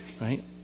Right